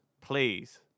please